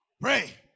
Pray